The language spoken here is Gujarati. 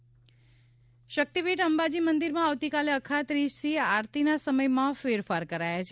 અંબાજી આરતી શક્તિપીઠ અંબાજી મંદિરમાં આવતીકાલે અખાત્રીજથી આરતીના સમયમાં ફેરફાર કરાયા છે